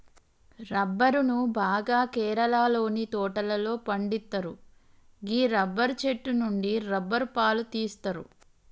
రబ్బరును బాగా కేరళలోని తోటలలో పండిత్తరు గీ రబ్బరు చెట్టు నుండి రబ్బరు పాలు తీస్తరు